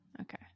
Okay